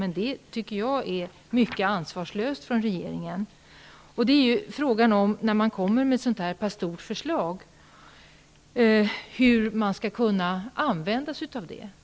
Men regeringens hantering är mycket ansvarslös, tycker jag. När man lägger fram ett så pass stort förslag, är frågan hur man skall kunna använda sig av det.